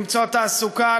למצוא תעסוקה,